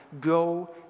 Go